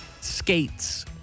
Skates